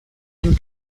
den